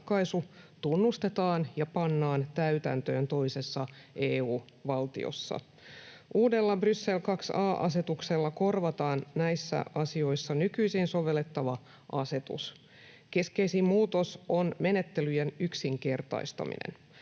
tunnustetaan ja pannaan täytäntöön toisessa EU-valtiossa. Uudella Bryssel II a ‑asetuksella korvataan näissä asioissa nykyisin sovellettava asetus. Keskeisin muutos on menettelyjen yksinkertaistaminen.